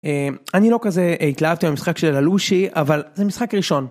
אני לא כזה התלהבתי מהמשחק של ללושי אבל זה משחק ראשון.